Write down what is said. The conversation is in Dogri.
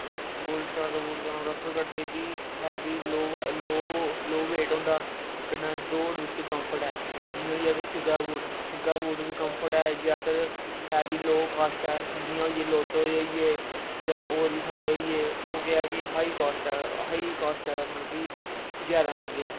गोल्ड स्टार दा बूट तां जैदा प्रेफर करदे कि हैवी लो बेट होंदा कन्ने दोड़ च कम्फट ऐ जि'यां होई गेआ सेगा दा बूट सेगा दा बूट बी कम्फट ऐ जैदातर ऐ बी लो कास्ट ऐ जि'यां होई गे लोटो दे होई गे जां बोर बी बड़े सारे होई गे ओह् केह् ऐ कि हाई कास्ट मतलब कि जैदा मैंह्गे ऐ